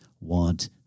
want